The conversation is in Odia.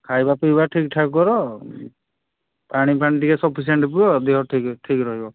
ଖାଇବା ପିଇବା ଠିକ୍ଠାକ୍ କର ପାଣିଫାଣି ଟିକେ ସଫିସିଏଣ୍ଟ ପିଅ ଦେହ ଠିକ୍ ଠିକ୍ ରହିବ